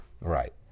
Right